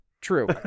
true